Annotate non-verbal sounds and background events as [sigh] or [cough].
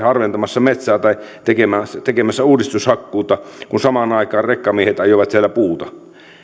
[unintelligible] harventamassa metsää tai tekemässä uudistushakkuuta kun samaan aikaan rekkamiehet ajoivat siellä puuta